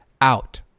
out